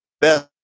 best